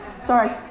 Sorry